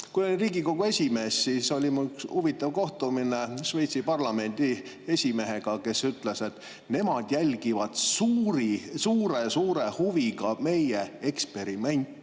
Kui olin Riigikogu esimees, siis oli mul üks huvitav kohtumine Šveitsi parlamendi esimehega, kes ütles, et nemad jälgivad suure-suure huviga meie eksperimenti